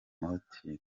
mahoteli